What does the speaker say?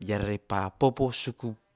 eara pa popo suku.